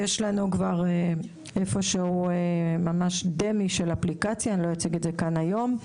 יש לנו דמה של אפליקציה, שלא אציג כאן היום.